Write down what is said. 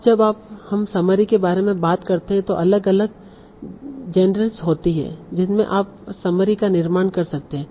अब जब हम समरी के बारे में बात करते हैं तो अलग अलग जेनरेस होती हैं जिनमें आप समरी का निर्माण कर सकते हैं